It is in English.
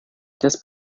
just